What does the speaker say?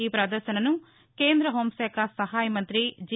ఈ పదర్లనను కేంద్ర హోంశాఖ సహాయ మంత్రి జి